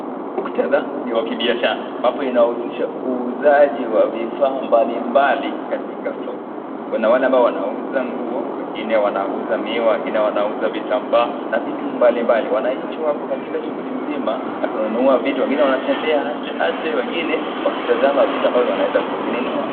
Mukutadha ni wa kibiashara ambapo inahusisha uuzaji wa vifaa mbali mbali katika soko kuna wale ambao wanauza nguo, wengine wanauza miwa, wengine wanauza vitambaa na vitu mbali mbali. Wananchi wako katika shighuli nzima ya kununua vitu wengine wanatembea aste aste wengine wakitazama vitu ambazo wanaweza kuzinunua.